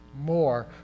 more